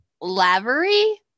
lavery